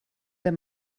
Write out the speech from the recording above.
der